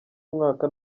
umwaka